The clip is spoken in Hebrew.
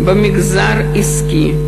במגזר העסקי.